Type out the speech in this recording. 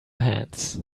hands